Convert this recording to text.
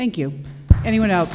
thank you anyone else